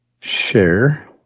Share